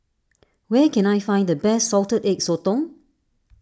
where can I find the best Salted Egg Sotong